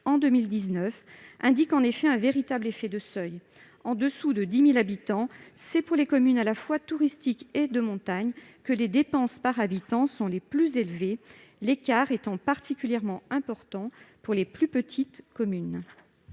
en 2019 fait apparaître un véritable effet de seuil : au-dessous de 10 000 habitants, c'est pour les communes à la fois touristiques et de montagne que les dépenses par habitant sont les plus élevées, l'écart étant particulièrement important pour les plus petites communes.